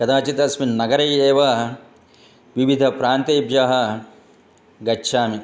कदाचित् अस्मिन् नगरे एव विविध प्रान्तेभ्यः गच्छामि